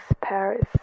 Paris